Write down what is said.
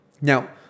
Now